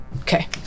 Okay